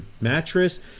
mattress